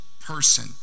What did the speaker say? person